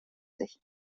sich